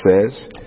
says